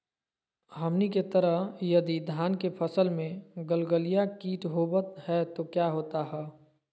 हमनी के तरह यदि धान के फसल में गलगलिया किट होबत है तो क्या होता ह?